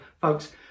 folks